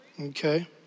Okay